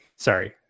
Sorry